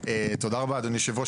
תודה רבה אדוני יושב הראש.